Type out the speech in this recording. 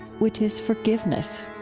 which is forgiveness.